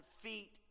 feet